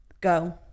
Go